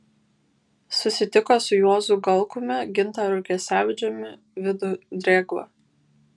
susitiko su juozu galkumi gintaru gesevičiumi vidu drėgva